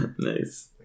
Nice